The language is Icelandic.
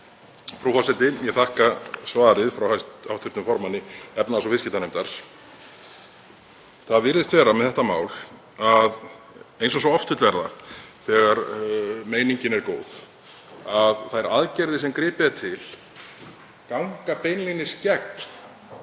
Frú forseti. Ég þakka svarið frá hv. formanni efnahags- og viðskiptanefndar. Það virðist vera með þetta mál, eins og svo oft vill verða þegar meiningin er góð, að þær aðgerðir sem gripið er til ganga beinlínis gegn